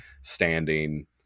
standing